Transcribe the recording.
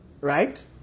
Right